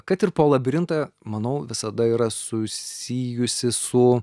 kad ir po labirintą manau visada yra susijusi su